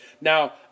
Now